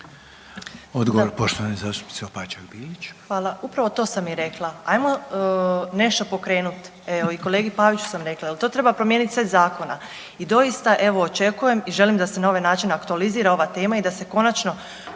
Bilić, Marina (Nezavisni)** Hvala lijepo. To sam i rekla, ajmo nešto pokrenut. Evo i kolegi Paviću sam rekla, jel to treba promijeniti set zakona i doista evo očekujem i želim da se na ovaj način aktualizira ova tema i da se konačno